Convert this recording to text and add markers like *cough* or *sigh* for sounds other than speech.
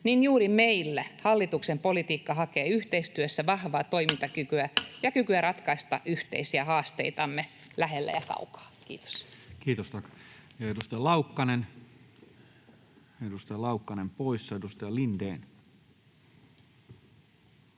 niin juuri meillä hallituksen politiikka hakee yhteistyössä vahvaa toimintakykyä *noise* ja kykyä ratkaista yhteisiä haasteitamme, lähellä ja kaukana. — Kiitos. Kiitos, tack. — Edustaja Laukkanen poissa. — Edustaja Lindén.